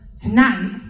tonight